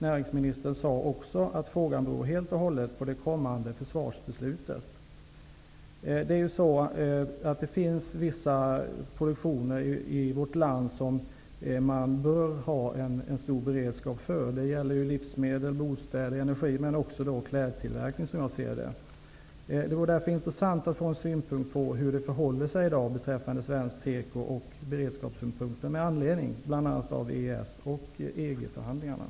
Näringsministern sade också att frågan beror helt och hållet på det kommande försvarsbeslutet. Det finns vissa produktioner i vårt land som man bör ha en stor beredskap för. Det gäller livsmedel, bostäder och energi men också kläder. Det vore därför intressant att få en synpunkt på hur det förhåller sig i dag beträffande svenskt teko och beredskapssynpunkter med anledning av bl.a.